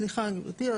סליחה גברתי,